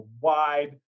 wide